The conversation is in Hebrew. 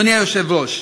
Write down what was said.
אדוני היושב-ראש,